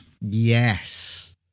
Yes